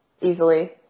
Easily